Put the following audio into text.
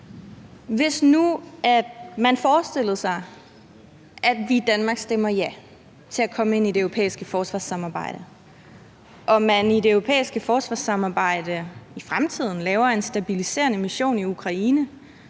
Hvis nu man forestillede sig, at vi i Danmark stemmer ja til at komme ind i det europæiske forsvarssamarbejde og man i det europæiske forsvarssamarbejde i fremtiden laver en stabiliserende mission i Ukraine,